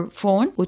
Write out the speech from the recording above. phone